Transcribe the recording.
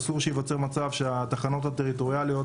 אסור שייווצר מצב שהתחנות הטריטוריאליות